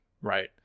right